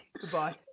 goodbye